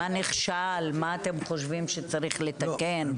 מה נכשל ומה אתם חושבים שצריך לתקן?